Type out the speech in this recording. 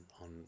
on